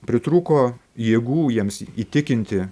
pritrūko jėgų jiems įtikinti